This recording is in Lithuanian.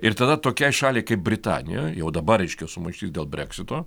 ir tada tokiai šaliai kaip britanija jau dabar reiškia sumaištis dėl breksito